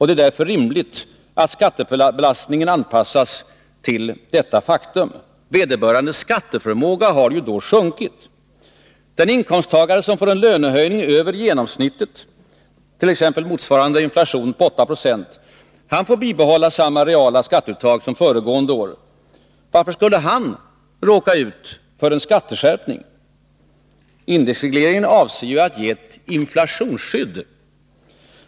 Det är därför rimligt att skattebelastningen anpassas till detta faktum. Vederbörandes skatteförmåga har ju sjunkit. Den inkomsttagare som får en lönehöjning över genomsnittet, t.ex. motsvarande inflationen på 8 Jo, bibehålls vid samma reala skatteuttag som föregående år. Varför skulle han råka ut för en skatteskärpning? Indexregleringar avser ju att ge ett inflationsskydd!